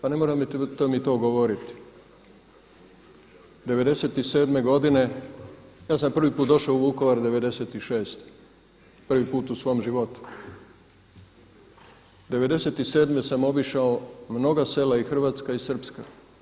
Pa ne morate mi to govoriti, '97. godine ja sam prvi put došao u Vukovar '96. prvi put u svom životu, '97. sam obišao mnoga sela i hrvatska i srpska.